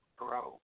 grow